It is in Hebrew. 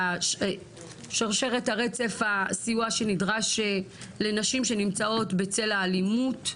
שרשרת הרצף של הסיוע שנדרש לנשים שנמצאות בצל האלימות.